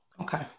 Okay